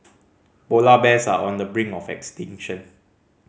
polar bears are on the brink of extinction